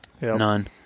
None